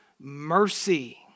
mercy